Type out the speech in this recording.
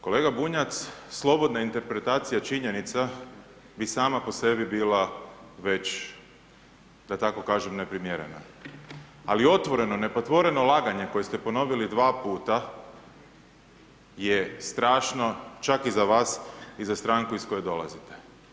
Kolega Bunjac, slobodna interpretacija činjenica bi sama po sebi bila već, da tako kažem neprimjerena, ali otvoreno nepatvoreno laganje koje ste ponovili dva puta, je strašno, čak i za vas, i za Stranku iz koje dolazite.